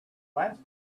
last